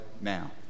now